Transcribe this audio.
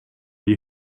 die